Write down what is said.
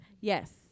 yes